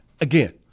again